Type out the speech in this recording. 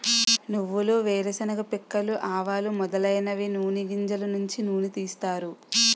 నువ్వులు వేరుశెనగ పిక్కలు ఆవాలు మొదలైనవి నూని గింజలు నుంచి నూనె తీస్తారు